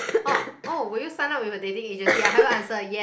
orh oh will you sign up with a dating agency I haven't answer yes